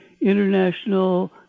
International